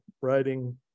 writing